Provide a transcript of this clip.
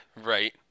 Right